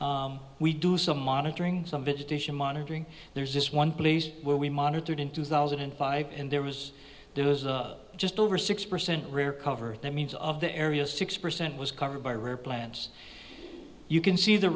vegetation we do some monitoring some vegetation monitoring there's this one please where we monitored in two thousand and five and there was there was a just over six percent rare cover that means of the area six percent was covered by rare plants you can see the